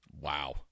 Wow